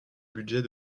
budget